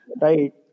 right